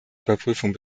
überprüfung